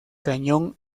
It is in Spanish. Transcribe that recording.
cañón